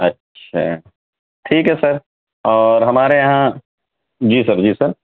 اچھا ٹھیک ہے سر اور ہمارے یہاں جی سر جی سر